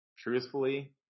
Truthfully